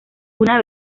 una